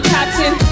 Captain